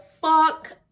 fuck